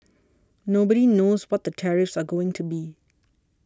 nobody knows what the tariffs are going to be